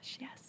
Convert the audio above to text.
yes